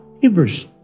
Hebrews